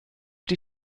die